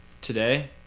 Today